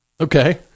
Okay